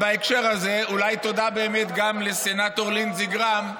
בהקשר הזה אולי תודה גם לסנטור לינדזי גרהאם,